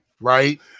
Right